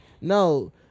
no